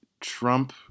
Trump